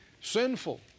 sinful